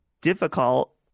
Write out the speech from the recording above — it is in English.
difficult